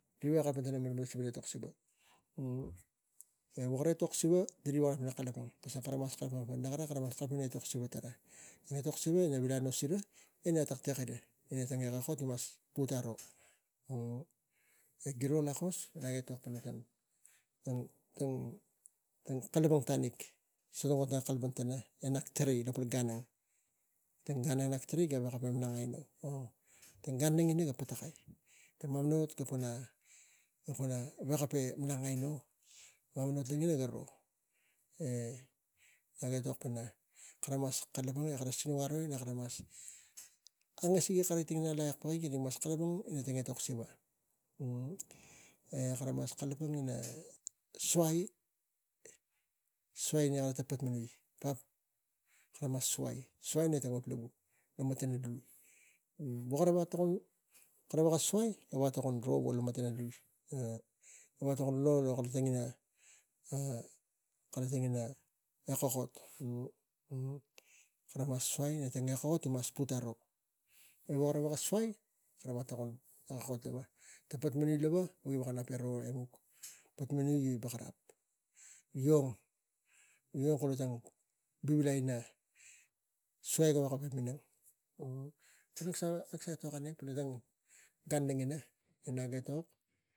Riga veko kalapang pana kara etok siva e wok etok siva riga veko kalapang kara mas kalapang pana etok siva tara etok siva ina mem sura ina tang etok ang gi mas put aro e giro lakos kak tang kalapang tanik so tang ot na kalapang tana e nak tarai lava tang gan ang nak gaveko malang aino gan logina ga patakai tang mamana ot ga patakai gaveko po malang aino. Mamana ot logina ga ro e naga etok kara mas kalapang e tug aroi angasigi kara mik mas kalapang etok siva e kara mas kalapang ina suai, suai ani kara ang patmanui kara mas suai, suai ne tang ot ga lava lo matana luui vo kara veko tokon suai gaveko ro kara tang ina e kokot kara mas suai ina kara etok gi mas put aro, e wo kara veko suai kara veka tokon kot lava, kara minang lava kara patmanui gi bagarap e gura lo suai gaveko minang. Garo nak sa etok gan lagina e nag etok.